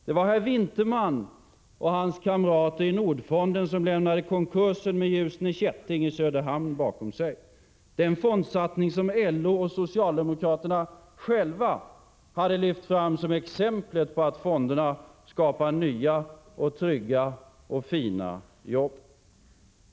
Det var herr Vinterman och hans kamrater i Nordfonden som lämnade konkursen med Ljusne Kätting i Söderhamn bakom sig — den fondsatsning som LO och socialdemokraterna själva hade lyft fram som exemplet på att fonderna skapar nya och trygga och fina jobb.